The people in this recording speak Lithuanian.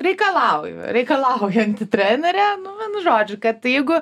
reikalauju reikalaujanti trenere nu žodžiu kad jeigu